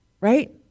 Right